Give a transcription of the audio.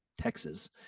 Texas